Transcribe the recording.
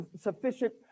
sufficient